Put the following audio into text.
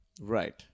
Right